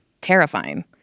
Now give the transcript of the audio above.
terrifying